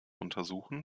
untersuchen